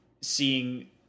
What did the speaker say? seeing